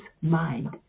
mind